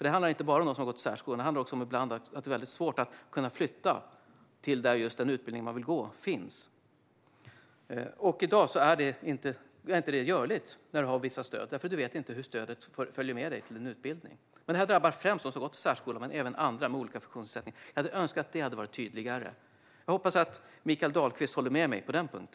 Det handlar inte bara om dem som har gått i särskola utan också om att det kan vara svårt att flytta dit där just den utbildning man vill gå finns. I dag är det inte görligt om man har vissa stöd, för man vet inte om stödet följer med. Detta drabbar främst dem som har gått i särskola men även andra med olika funktionsnedsättningar. Jag önskar att detta hade varit tydligare, och jag hoppas att Mikael Dahlqvist håller med mig på denna punkt.